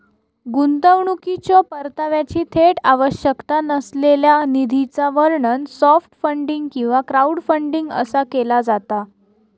गुंतवणुकीच्यो परताव्याची थेट आवश्यकता नसलेल्या निधीचा वर्णन सॉफ्ट फंडिंग किंवा क्राऊडफंडिंग असा केला जाता